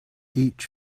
each